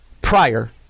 prior